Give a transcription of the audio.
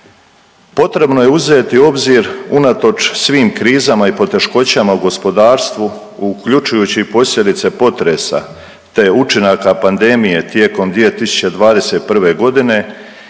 Potrebno je uzeti u obzir unatoč svim krizama i poteškoćama u gospodarstvu uključujući i posljedice potresa te učinaka pandemije tijekom 2021. godine